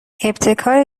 ابتکاری